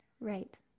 Right